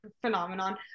phenomenon